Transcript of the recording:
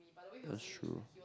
that's true